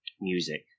music